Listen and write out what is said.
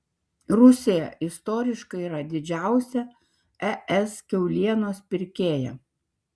rusija istoriškai yra didžiausia es kiaulienos pirkėja